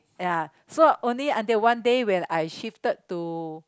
ya so only until one day when I shifted to